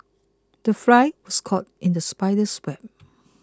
the fly was caught in the spider's web